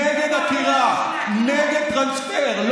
נגד עקירה, נגד טרנספר.